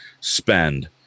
spend